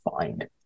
find